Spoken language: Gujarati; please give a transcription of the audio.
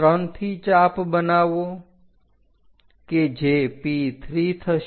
3 થી ચાપ બનાવો કે જે P3 થશે